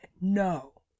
No